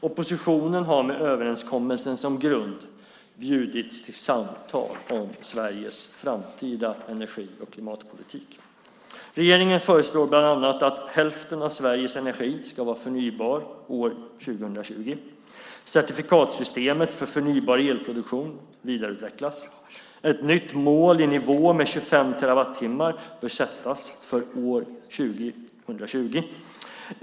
Oppositionen har med överenskommelsen som grund bjudits till samtal om Sveriges framtida energi och klimatpolitik. Regeringen föreslår bland annat att hälften av Sveriges energi ska vara förnybar år 2020. Certifikatsystemet för förnybar elproduktion vidareutvecklas. Ett nytt mål i nivå med 25 terawattimmar bör sättas för år 2020.